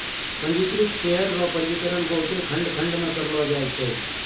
पंजीकृत शेयर रो पंजीकरण बहुते खंड खंड मे करलो जाय छै